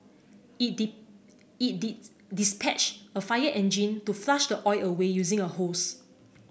it it dispatched a fire engine to flush the oil away using a hose